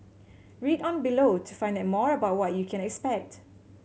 read on below to find out more about what you can expect